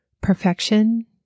perfection